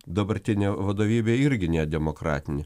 dabartinė vadovybė irgi nedemokratinė